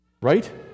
Right